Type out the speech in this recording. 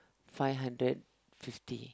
fine hundred fifty